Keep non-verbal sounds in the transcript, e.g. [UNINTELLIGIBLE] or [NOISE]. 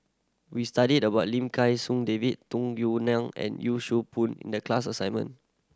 we studied about Lim [UNINTELLIGIBLE] David Tung Yue Nang and Yee Siew Pun in the class assignment